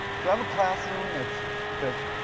so i have a classroom that's that's